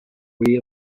way